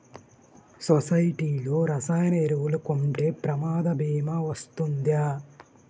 సొసైటీలో రసాయన ఎరువులు కొంటే ప్రమాద భీమా వస్తుందా?